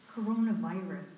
coronavirus